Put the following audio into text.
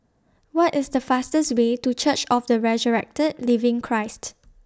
What IS The fastest Way to Church of The Resurrected Living Christ